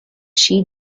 she